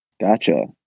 Gotcha